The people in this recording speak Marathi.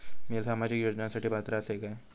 मी सामाजिक योजनांसाठी पात्र असय काय?